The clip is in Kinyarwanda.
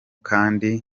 kandi